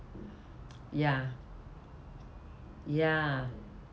ya ya